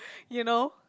you know